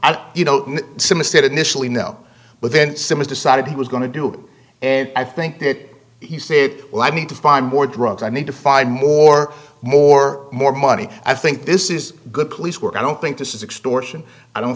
initially no but then simmons decided he was going to do and i think that he said well i need to find more drugs i need to find more more more money i think this is good police work i don't think this is extortion i don't